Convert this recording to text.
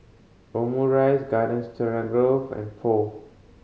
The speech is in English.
Omurice Garden Stroganoff and Pho